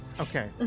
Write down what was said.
Okay